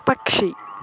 పక్షి